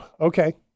Okay